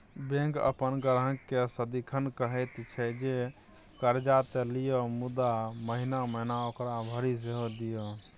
bank अपन ग्राहककेँ सदिखन कहैत छै जे कर्जा त लिअ मुदा महिना महिना ओकरा भरि सेहो दिअ